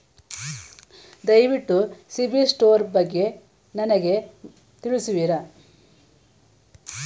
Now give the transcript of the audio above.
ದಯವಿಟ್ಟು CIBIL score ಬಗ್ಗೆ ನನಗೆ ತಿಳಿಸುವಿರಾ?